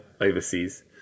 overseas